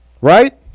right